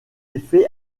effets